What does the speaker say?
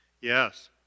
Yes